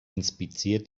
inspizierte